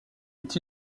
est